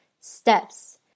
steps